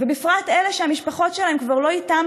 ובפרט אלה שהמשפחות שלהם כבר לא איתם